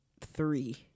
three